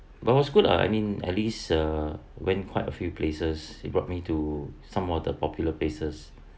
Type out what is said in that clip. but was good ah I mean at least uh went quite a few places he brought me to some of the popular places